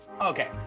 Okay